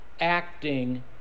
acting